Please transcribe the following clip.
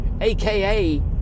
aka